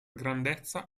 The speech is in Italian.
grandezza